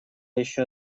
еще